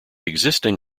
existing